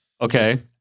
okay